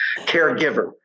caregiver